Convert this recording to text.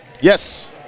Yes